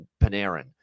Panarin